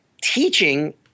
teaching –